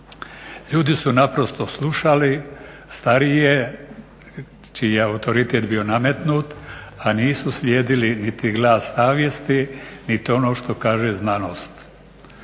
Ljudi su naprosto slušali starije čiji je autoritet bio nametnut, a nisu slijedili niti glas savjesti niti ono što kaže znanost.